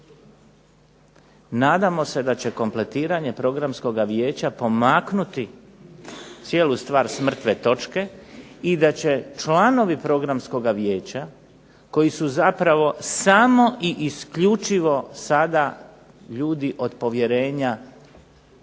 nadamo se da će kompletiranje Programskog vijeća pomaknuti cijelu stvar s mrtve točke i da će članovi Programskog vijeća koji su samo i isključivo ljudi sada od povjerenja